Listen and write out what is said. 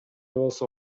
болсо